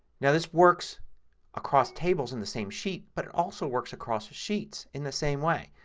now this works across tables in the same sheet but it also works across sheets in the same way.